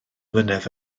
mlynedd